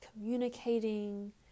communicating